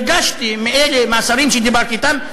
הרגשתי כך מהשרים שדיברתי אתם,